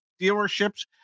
dealerships